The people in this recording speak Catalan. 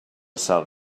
sal